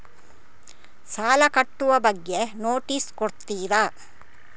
ಸಾಲ ಕಟ್ಟುವ ಬಗ್ಗೆ ನೋಟಿಸ್ ಕೊಡುತ್ತೀರ?